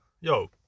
Yo